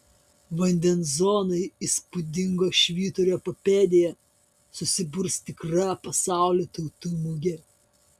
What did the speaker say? vandens zonoje įspūdingo švyturio papėdėje susiburs tikra pasaulio tautų mugė